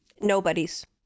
Nobody's